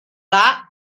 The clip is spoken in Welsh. dda